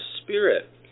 spirit